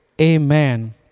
Amen